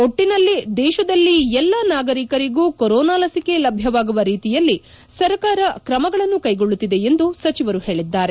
ಒಟ್ಟಿನಲ್ಲಿ ದೇಶದಲ ಎಲ್ಲ ನಾಗರಿಕರಿಗೂ ಕೊರೊನಾ ಲಸಿಕೆ ಲಭ್ಯವಾಗುವ ರೀತಿಯಲ್ಲಿ ಸರಕಾರ ಕ್ರಮಗಳನ್ನು ಕೈಗೊಳ್ಳುತ್ತಿದೆ ಎಂದು ಸಚಿವರು ಪೇಳಿದ್ದಾರೆ